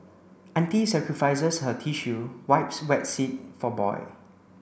auntie sacrifices her tissue wipes wet seat for boy